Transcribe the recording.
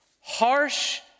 harsh